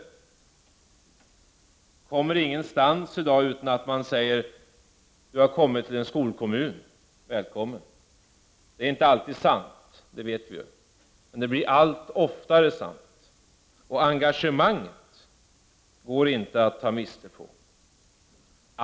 Jag kommer ingenstans i dag utan att man säger: ”Du har kommit till en skolkommun, välkommen.” Det är inte alltid sant, det vet vi ju. Men det blir allt oftare sant. Och engagemanget går inte att ta miste på.